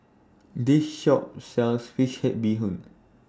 This Shop sells Fish Head Bee Hoon